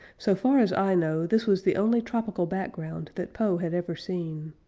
so far as i know, this was the only tropical background that poe had ever seen.